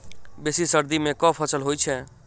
बेसी सर्दी मे केँ फसल होइ छै?